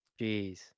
Jeez